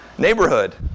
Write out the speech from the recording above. Neighborhood